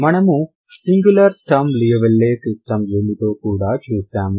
మనము singular Sturm Liouville system ఏమిటో కూడా చూశాము